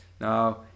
now